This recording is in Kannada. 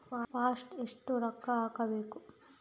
ಫಸ್ಟ್ ಎಷ್ಟು ರೊಕ್ಕ ಹಾಕಬೇಕು?